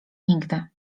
nigdy